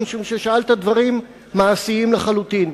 משום ששאלת דברים מעשיים לחלוטין.